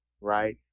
right